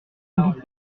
doute